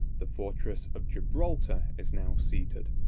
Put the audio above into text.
the fortress of gibraltar is now seated.